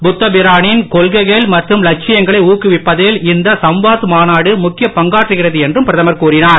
புத்தபிரானின் கொள்கைகள் மற்றும் ஊக்குவிப்பதில் இந்த சம்வாத் மாநாடு முக்கிய பங்காற்றுகிறது என்றும் பிரதமர் கூறினார்